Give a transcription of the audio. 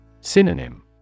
Synonym